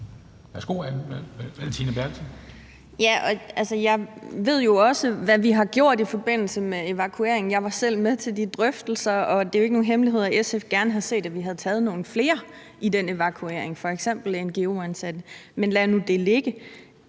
Jeg ved jo også, hvad vi har gjort i forbindelse med evakueringen. Jeg var selv med til de drøftelser, og det er jo ikke nogen hemmelighed, at SF gerne havde set, at vi havde taget nogle flere i den evakuering, f.eks. ngo-ansatte. Men lad nu det ligge.